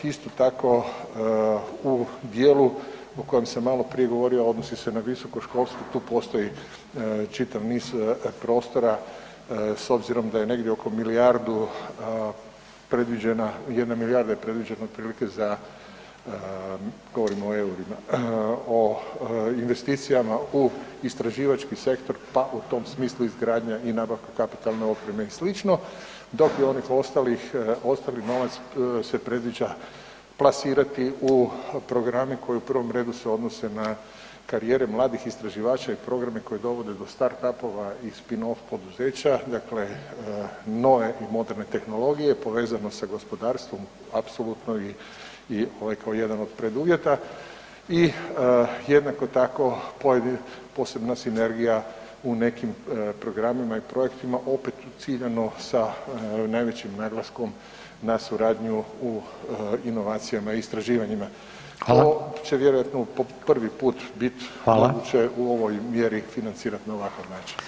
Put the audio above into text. Isto tako, u djelu o kojem sam maloprije govorio odnosi se na visoko školstvo, tu postoji čitav niz prostora s obzirom da je negdje oko milijardu predviđena, jedna milijarda je predviđena otprilike za, govorim o eurima, o investicijama u istraživački sektor pa u tom smislu izgradnja i nabavka kapitalne opreme i slično, dok bi onaj ostali novac se previđa plasirati u program koji u prvom redu se odnose na karijere mladih istraživača i programe koji dovode do start up-ova i spin off poduzeća, dakle nove i moderne tehnologije, povezane sa gospodarstvom apsolutno i ovo je kao jedan od preduvjeta i jednako tako, posebna sinergija u nekim programima i projektima, opet ciljano sa najvećim naglaskom na suradnju u inovacijama i istraživanjima [[Upadica Reiner: Hvala.]] To će vjerojatno po prvi put biti moguće u ovoj mjeri [[Upadica Reiner: Hvala.]] financirati na ovakav način.